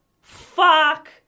Fuck